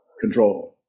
control